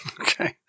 Okay